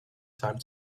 time